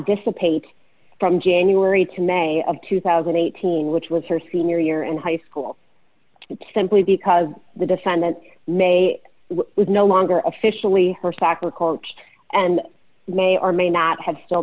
dissipate from january to may of two thousand and eighteen which was her senior year in high school simply because the defendant may was no longer officially her sac or coach and may or may not have still